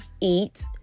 eat